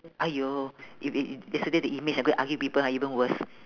!aiyo! if if if yesterday the image I go and argue with people ah even worse